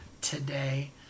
today